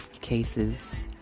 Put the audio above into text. cases